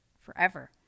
forever